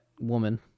woman